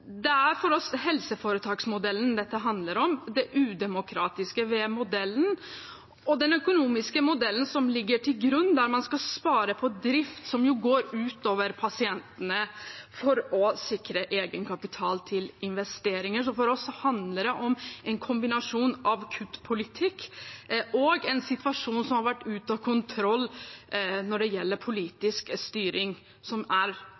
prinsipiell debatt. For oss er det helseforetaksmodellen dette handler om, det udemokratiske ved modellen, og den økonomiske modellen som ligger til grunn, der man skal spare på drift, noe som jo går ut over pasientene, for å sikre egenkapital til investeringer. For oss handler det om en kombinasjon av kuttpolitikk og en situasjon som er ute av kontroll når det gjelder politisk styring. Det er urovekkende når man ser på den utryggheten som